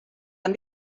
han